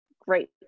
great